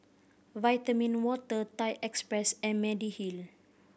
Vitamin Water Thai Express and Mediheal